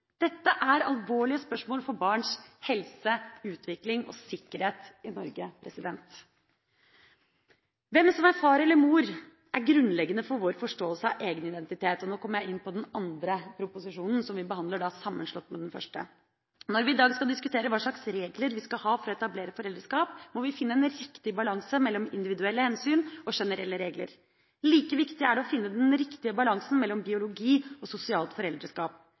Dette er alvorlige spørsmål for barns helse, utvikling og sikkerhet i Norge. Hvem som er far eller mor, er grunnleggende for vår forståelse av egen identitet – og nå kommer jeg inn på den andre proposisjonen, som vi da behandler sammenslått med den første. Når vi i dag skal diskutere hva slags regler vi skal ha for å etablere foreldreskap, må vi finne en riktig balanse mellom individuelle hensyn og generelle regler. Like viktig er det å finne den riktige balansen mellom biologi og sosialt foreldreskap.